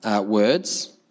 words